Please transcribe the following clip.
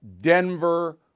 Denver